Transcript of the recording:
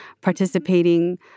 participating